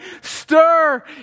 Stir